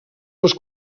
les